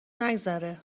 نگذره